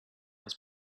was